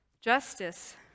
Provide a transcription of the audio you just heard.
justice